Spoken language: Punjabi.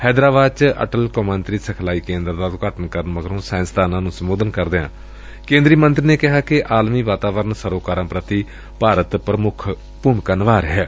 ਹੈਦਰਾਬਾਦ ਚ ਅਟਲ ਕੌਮਾਤਰੀ ਸਿਖਲਾਈ ਕੇਦਰ ਦਾ ਊਦਘਾਟਨ ਕਰਨ ਮਗਰੋ ਸਾਇੰਸਦਾਨਾ ਨੂੰ ਸੰਬੋਧਨ ਕਰਦਿਆਂ ਕੇਂਦਰੀ ਮੰਤਰੀ ਨੇ ਕਿਹਾ ਕਿ ਆਲਮੀ ਵਾਤਾਵਰਣ ਸਰੋਕਾਰਾਂ ਪ੍ਰਤੀ ਭਾਰਤ ਮੁੱਖ ਭੂਮਿਕਾ ਨਿਭਾਅ ਰਿਹੈ